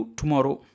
tomorrow